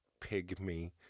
pygmy